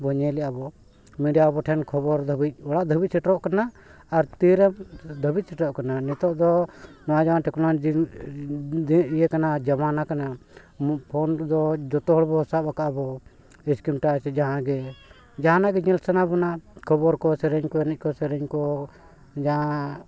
ᱵᱚ ᱧᱮᱞ ᱟᱵᱚ ᱢᱤᱰᱤᱭᱟ ᱵᱚ ᱴᱷᱮᱱ ᱠᱷᱚᱵᱚᱨ ᱫᱷᱟᱹᱵᱤᱡ ᱚᱲᱟᱜ ᱫᱷᱟᱹᱵᱤᱡ ᱥᱮᱴᱮᱨᱚᱜ ᱠᱟᱱᱟ ᱟᱨ ᱛᱤᱨᱮ ᱫᱷᱟᱹᱵᱤᱡ ᱥᱮᱴᱮᱨᱚᱜ ᱠᱟᱱᱟ ᱱᱤᱛᱚᱜ ᱫᱚ ᱱᱚᱣᱟ ᱡᱟᱦᱟᱭ ᱴᱮᱠᱱᱳᱞᱚᱡᱤ ᱤᱭᱟᱹ ᱠᱟᱱᱟ ᱡᱟᱢᱟᱱᱟ ᱠᱟᱱᱟ ᱯᱷᱳᱱ ᱨᱮᱫᱚ ᱡᱚᱛᱚ ᱦᱚᱲ ᱵᱚ ᱥᱟᱵ ᱟᱠᱟᱫ ᱟᱵᱚ ᱥᱠᱨᱤᱱ ᱴᱟᱨᱪ ᱡᱟᱦᱟᱸ ᱜᱮ ᱡᱟᱦᱟᱱᱟᱜ ᱜᱮ ᱧᱮᱞ ᱥᱟᱱᱟ ᱵᱚᱱᱟ ᱠᱷᱚᱵᱚᱨ ᱠᱚ ᱥᱮᱨᱮᱧ ᱠᱚ ᱮᱱᱮᱡ ᱠᱚ ᱥᱮᱨᱮᱧ ᱠᱚ ᱡᱟᱦᱟᱸ